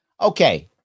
Okay